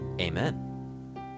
Amen